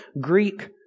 Greek